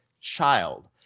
child